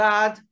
God